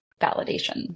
validation